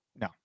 No